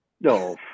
No